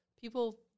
people